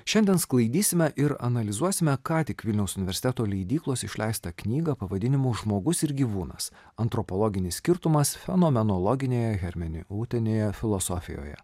šiandien sklaidysime ir analizuosime ką tik vilniaus universiteto leidyklos išleistą knygą pavadinimu žmogus ir gyvūnas antropologinis skirtumas fenomenologinėje hermeneutinėje filosofijoje